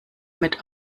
mit